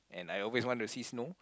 and I always want to see snow